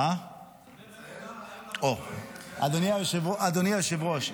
--- אדוני היושב-ראש,